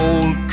Old